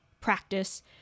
practice